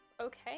Okay